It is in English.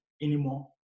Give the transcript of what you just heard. anymore